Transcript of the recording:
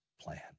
plan